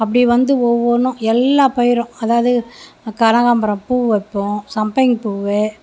அப்படி வந்து ஒவ்வொன்றும் எல்லா பயிரும் அதாவது கனகாம்பரம் பூ வைப்போம் சம்மங்கி பூவு